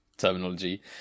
terminology